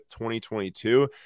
2022